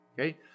Okay